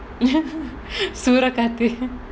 சூரக்காத்து:soorakaathu